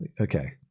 Okay